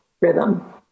rhythm